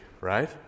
Right